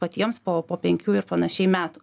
patiems po po penkių ir panašiai metų